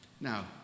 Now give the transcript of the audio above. Now